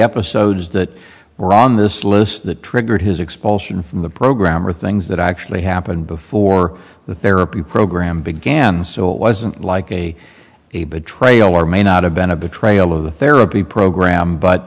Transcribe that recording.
episodes that were on this list that triggered his expulsion from the program are things that actually happened before the therapy program began so it wasn't like a a betrayal or may not have been a betrayal of the therapy program but